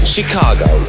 Chicago